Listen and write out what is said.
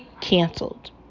canceled